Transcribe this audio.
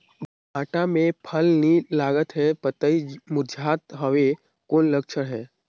भांटा मे फल नी लागत हे पतई मुरझात हवय कौन लक्षण हे?